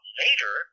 later